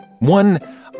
One